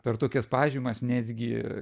per tokias pažymas netgi